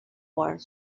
war